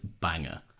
banger